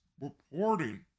reporting